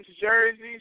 jerseys